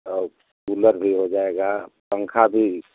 और कूलर भी हो जाएगा पन्खा भी